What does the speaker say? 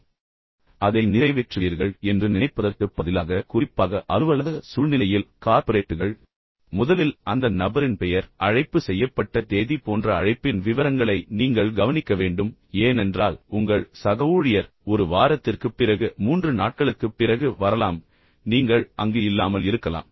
நீங்கள் அதை நினைவில் வைத்து அதை நிறைவேற்றுவீர்கள் என்று நினைப்பதற்குப் பதிலாக குறிப்பாக அலுவலக சூழ்நிலையில் கார்ப்பரேட்டுகள் முதலில் அந்த நபரின் பெயர் அழைப்பு செய்யப்பட்ட தேதி போன்ற அழைப்பின் விவரங்களை நீங்கள் கவனிக்க வேண்டும் ஏனென்றால் உங்கள் சக ஊழியர் ஒரு வாரத்திற்குப் பிறகு மூன்று நாட்களுக்குப் பிறகு வரலாம் நீங்கள் அங்கு இல்லாமல் இருக்கலாம்